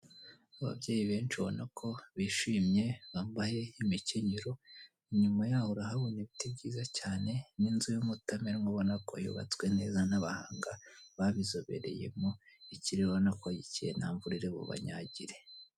Ababyeyi benshi ubonako bishimye bambaye imikenyero inyuma yabo urahabona ibiti byiza cyane n'inzu y'umutamenwa ubonako y'ubatswe neza n'abahanga babizobereyemo ikirere urabonako gikeye ntamvura iri bubanyagire.